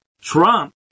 Trump